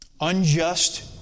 unjust